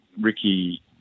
Ricky